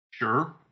sure